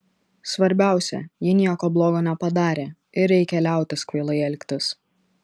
svarbiausia ji nieko blogo nepadarė ir reikia liautis kvailai elgtis